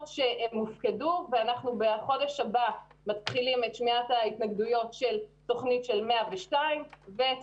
שהופקדו ובחודש הבא אנחנו מתחילים את שמיעת ההתנגדויות של תוכנית 102 ואת